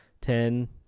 ten